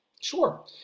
Sure